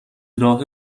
راه